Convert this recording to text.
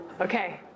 Okay